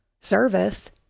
service